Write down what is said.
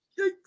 Yikes